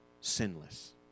Sinless